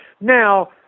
Now